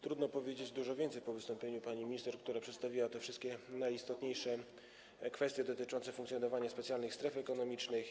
Trudno byłoby powiedzieć dużo więcej po wystąpieniu pani minister, która przedstawiła te wszystkie najistotniejsze kwestie dotyczące funkcjonowania specjalnych stref ekonomicznych.